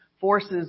forces